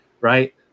Right